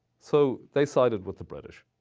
so they sided with the british.